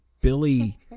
Billy